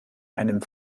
einem